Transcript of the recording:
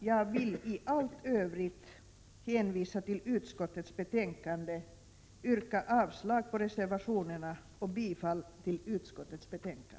Jag vill i allt övrigt hänvisa till utskottets betänkande, yrka avslag på reservationerna och bifall till utskottets förslag.